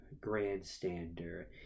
grandstander